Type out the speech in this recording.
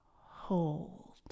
hold